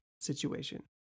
situation